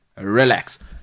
Relax